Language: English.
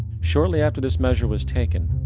shortly after this measure was taken,